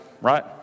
right